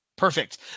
Perfect